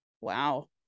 Wow